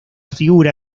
figura